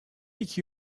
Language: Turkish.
iki